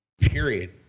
Period